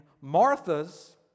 Martha's